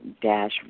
dash